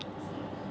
like